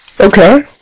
Okay